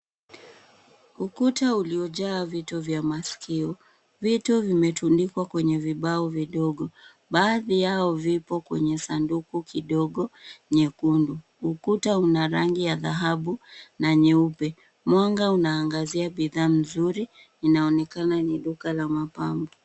Ukuta uliojaa vitu vya maskio. Vitu vimetundikwa Kwenye vibao vidogo. Baadhi yao vipo kwenye saduku kidogo nyekundu. Ukuta una rangi ya dhahabu na nyeupe. Mwanga unaangazia bidhaa mzuri. Inaonekana ni duka la mapambo.